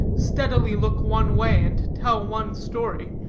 steadily look one way and tell one story,